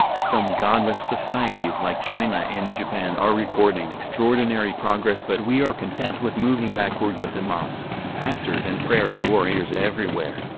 some godless societies like china and japan are recording extraordinary progress but we are content with moving backward with imams, pastors and prayer warriors everywhere.